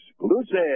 Exclusive